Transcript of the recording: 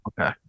okay